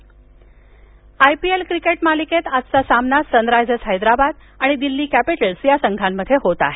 I P L I P L cricket मालिकेत आजचा सामना सनरायझर्स हैदराबाद आणि दिल्ली कॅपिटल्स या संघांत होत आहे